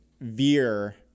veer